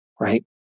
right